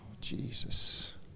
Jesus